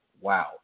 Wow